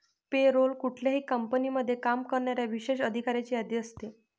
पे role कुठल्याही कंपनीमध्ये काम करणाऱ्या विशेष अधिकाऱ्यांची यादी असते